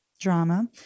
drama